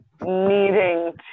needing